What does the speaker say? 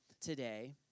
today